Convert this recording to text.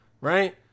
right